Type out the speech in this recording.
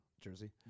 jersey